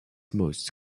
most